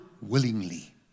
willingly